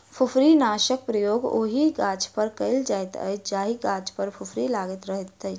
फुफरीनाशकक प्रयोग ओहि गाछपर कयल जाइत अछि जाहि गाछ पर फुफरी लागल रहैत अछि